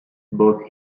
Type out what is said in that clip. both